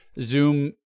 Zoom